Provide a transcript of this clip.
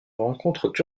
rencontrent